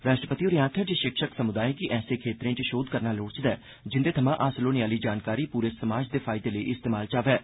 राष्ट्रपति होरें आखेआ जे शिक्षक समुदाय गी ऐसे खेत्तरें च शोघ करना लोड़चदा ऐ जिंदे थमां हासल होने आह्ली जानकारी पूरे समाज दे फायदे लेई इस्तेमाल च आवै